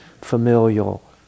familial